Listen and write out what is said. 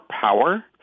power